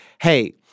hey –